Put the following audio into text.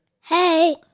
Hey